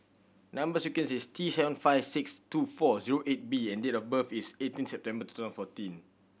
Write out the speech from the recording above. number sequence is T seven five six two four zero eight B and date of birth is eighteen September fourteen